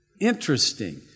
Interesting